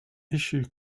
issue